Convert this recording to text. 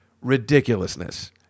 Ridiculousness